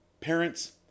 Parents